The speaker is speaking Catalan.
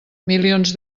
milions